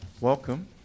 Welcome